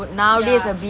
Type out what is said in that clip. ya